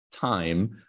time